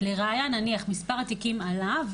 לראיה נניח מספר התיקים עלה,